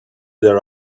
their